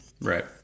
Right